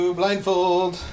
blindfold